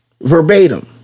Verbatim